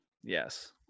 yes